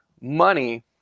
money